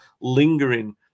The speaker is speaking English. lingering